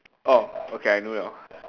orh okay I know [liao]